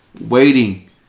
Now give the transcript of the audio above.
waiting